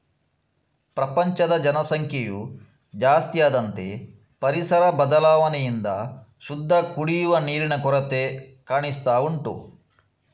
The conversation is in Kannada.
ಪ್ರಪಂಚದ ಜನಸಂಖ್ಯೆಯು ಜಾಸ್ತಿ ಆದಂತೆ ಪರಿಸರ ಬದಲಾವಣೆಯಿಂದ ಶುದ್ಧ ಕುಡಿಯುವ ನೀರಿನ ಕೊರತೆ ಕಾಣಿಸ್ತಾ ಉಂಟು